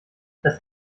das